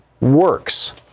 works